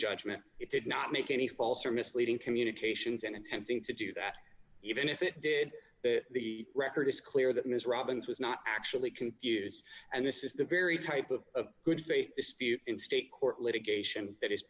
judgment it did not make any false or misleading communications in attempting to do that even if it did the record is clear that ms robbins was not actually confuse and this is the very type of good faith dispute in state court litigation that is